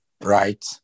Right